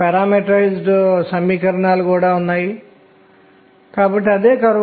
వారు దానిని సజాతీయంగా ఎందుకు తయారు చేశారు